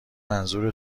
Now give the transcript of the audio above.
منظور